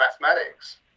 mathematics